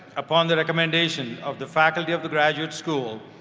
upon the recommendation of the faculty of the graduate school,